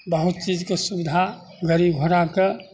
बहुत चीजके सुबिधा गड़ी घोड़ाके